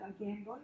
Again